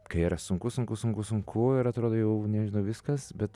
kai yra sunku sunku sunku sunku ir atrodo jau nežinau viskas bet